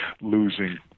losing